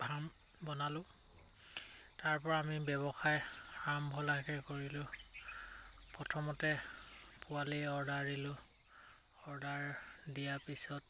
farm বনালোঁ তাৰপৰা আমি ব্যৱসায় আৰম্ভ লাহেকে কৰিলোঁ প্ৰথমতে পোৱালি অৰ্ডাৰ দিলোঁ অৰ্ডাৰ দিয়াৰ পিছত